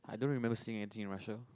I don't remember seeing anything in Russia